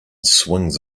swings